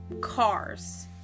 cars